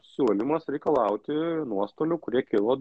siūlymas reikalauti nuostolių kurie kilo